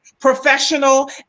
professional